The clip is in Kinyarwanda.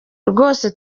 rwose